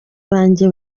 banjye